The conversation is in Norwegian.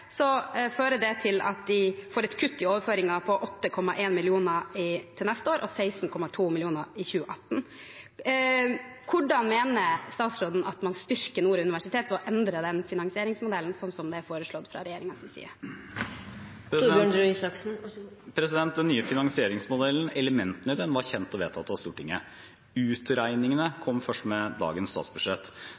fører det til at de får et kutt i overføringer på 8,1 mill. kr neste år og 16,2 mill. kr i 2018. Hvordan mener statsråden at man styrker Nord universitet ved å endre den finansieringsmodellen sånn som det er foreslått fra regjeringens side? Elementene i den nye finansieringsmodellen var kjent og vedtatt av Stortinget. Utregningene kom først med dagens statsbudsjett.